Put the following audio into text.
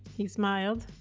he smiled.